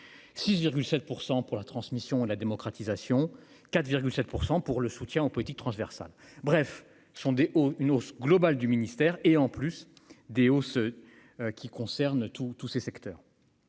6,7 % pour la transmission de la démocratisation 4 virgule 7 % pour le soutien aux politiques transversales, bref ce sont des une hausse globale du ministère et, en plus des eaux ce qui concerne tous, tous ces secteurs.